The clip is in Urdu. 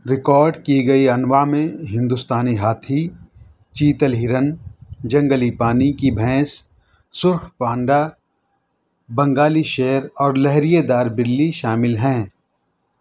ریکارڈ کی گئی انواع میں ہندوستانی ہاتھی چیتل ہرن جنگلی پانی کی بھینس سرخ پانڈا بنگالی شیر اور لہریے دار بلّی شامل ہیں